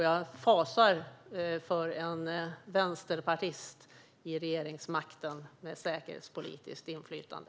Jag fasar för en vänsterpartist med regeringsmakt och säkerhetspolitiskt inflytande.